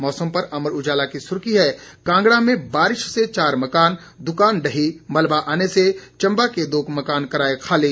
मौसम पर अमर उजाला की सुर्खी है कांगड़ा में बारिश से चार मकान दुकान ढही मलबा आने से चंबा के दो मकान कराए खाली